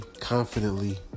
confidently